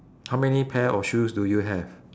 how many pair of shoes do you have